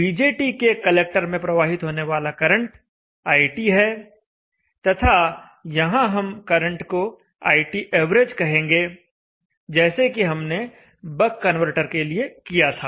BJT के collector में प्रवाहित होने वाला करंट IT है तथा यहां हम करंट को ITav कहेंगे जैसे कि हमने बक कन्वर्टर के लिए किया था